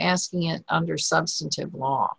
asking it under substantive law